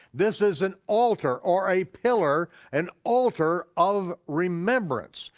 this is an altar or a pillar, an altar of remembrance.